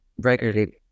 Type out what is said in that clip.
Regularly